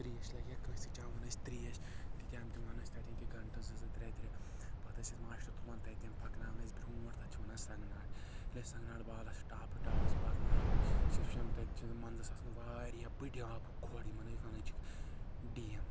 تریش لگہِ ہے کٲنٛسہِ چٮ۪وان ٲسۍ تریش تتٮ۪ن دِوان ٲسۍ تتٮ۪ن تہِ گنٛٹہٕ زٕ زٕ ترٛےٚ ترٛےٚ پتہٕ ٲسۍ اسہِ ماشٹر تُلان تتہِ پکناوان ٲسۍ برٛونٛٹھ تتھ چھِ ونان سرنٛگناڑ ییٚلہِ أسۍ سنٛگناڑ بالس ٹاپس پکناوان سُہ چھنہٕ تتہِ چھُنہٕ منٛزس آسان واریاہ بٔڑۍ آبہٕ کھۄڑ یِمن أسۍ ونان چھِ ڈیم